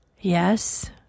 Yes